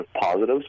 positives